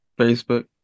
Facebook